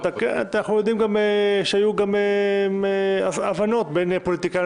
אנחנו גם יודעים שהיו הבנות בין פוליטיקאים